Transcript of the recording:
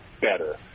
better